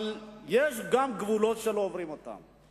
אבל יש גם גבולות שלא עוברים אותם.